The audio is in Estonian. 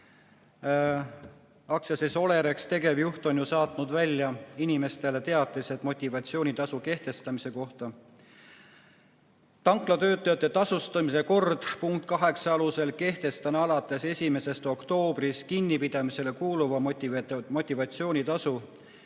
AS Olerex tegevjuht on saatnud välja inimestele teatised motivatsioonitasu kehtestamise kohta. Tankla töötajate tasustamise kord. Punkt 8 alusel kehtestan alates 1. oktoobrist kinnipidamisele kuuluva motivatsioonitasu,